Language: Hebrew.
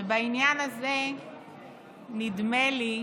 ובעניין הזה נדמה לי